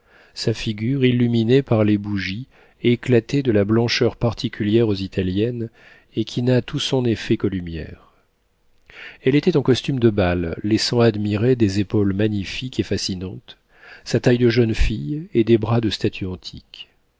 sa figure illuminée par les bougies éclatait de la blancheur particulière aux italiennes et qui n'a tout son effet qu'aux lumières elle était en costume de bal laissant admirer des épaules magnifiques et fascinantes sa taille de jeune fille et des bras de statue antique